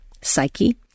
psyche